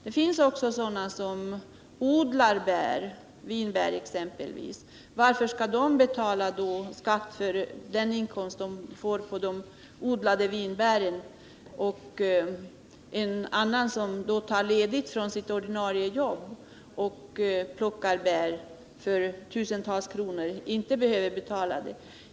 Det finns också människor som odlar bär, exempelvis vinbär. Varför skall de betala skatt för den inkomst de får på de odlade vinbären medan andra, som har tagit ledigt från sina ordinarie jobb och plockar bär för tusentals kronor, inte behöver betala skatt?